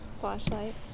Flashlight